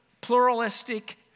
pluralistic